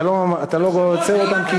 אתה לא עוצר אותם?